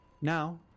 Now